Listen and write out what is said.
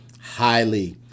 highly